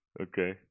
Okay